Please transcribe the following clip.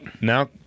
now